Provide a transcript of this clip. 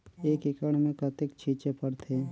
एक एकड़ मे कतेक छीचे पड़थे?